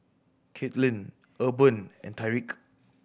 Kathlyn Urban and Tyreek